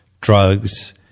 drugs